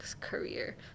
career